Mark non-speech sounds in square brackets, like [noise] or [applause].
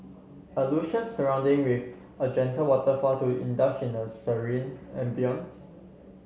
a [unintelligible] surrounding with a gentle waterfall to indulge in a serene ambience